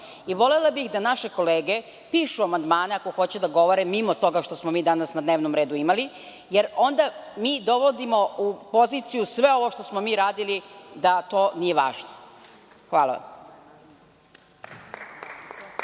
Volela bih da naše kolege pišu amandmane ako hoće da govore mimo toga što smo mi danas na dnevnom redu imali, jer onda dovodimo u poziciju sve ovo što smo mi radili, da to nije važno. Hvala.